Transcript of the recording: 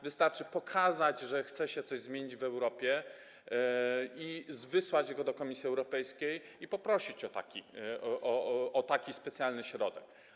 Wystarczy pokazać, że chce się coś zmienić w Europie, wysłać go do Komisji Europejskiej i poprosić o taki specjalny środek.